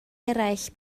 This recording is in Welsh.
eraill